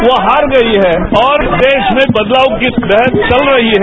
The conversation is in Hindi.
वो हार गई है और देश में बदलाव की लहर चल रही है